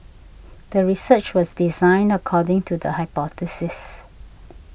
the research was designed according to the hypothesis